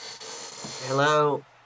Hello